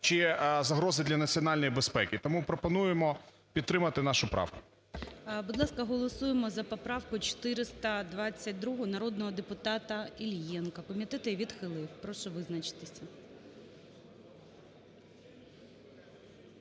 чи загрози для національної безпеки. Тому пропонуємо підтримати нашу правку. ГОЛОВУЮЧИЙ. Будь ласка, голосуємо за поправку 422 народного депутата Іллєнко. Комітет її відхилив. Прошу визначитися.